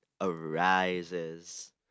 arises